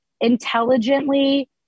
intelligently